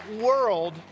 world